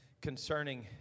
concerning